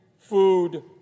food